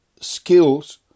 skills